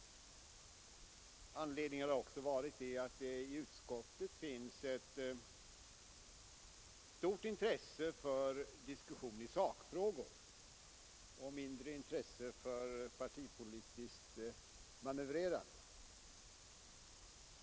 En annan anledning har varit att det i utskottet finns ett stort intresse för diskussion i sakfrågor men mindre intresse för partipolitiskt manövrerande.